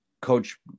Coach